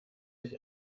sich